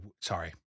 Sorry